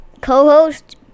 Co-host